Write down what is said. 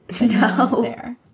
No